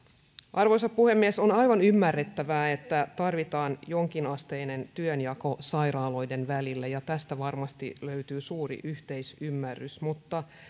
arvoisa puhemies on aivan ymmärrettävää että tarvitaan jonkinasteinen työnjako sairaaloiden välillä ja tästä varmasti löytyy suuri yhteisymmärrys mutta